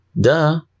duh